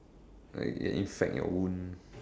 infect your wound